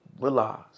realize